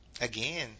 Again